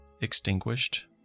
Extinguished